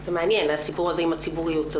זה מעניין, הסיפור הזה עם הציבוריות.